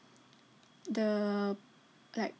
the like